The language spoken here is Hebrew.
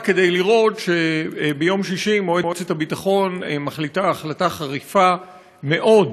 רק כדי לראות שביום שישי מועצת הביטחון מחליטה החלטה חריפה מאוד,